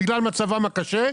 בגלל מצבם הקשה,